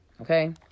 okay